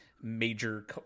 major